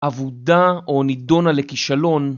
עבודה או נידונה לכישלון